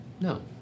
No